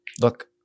Look